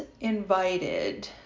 invited